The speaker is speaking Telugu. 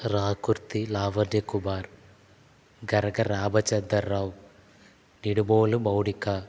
రాకుర్తి లావణ్య కుమార్ గరగ రామచందర్ రావ్ నీడబోలు మౌనిక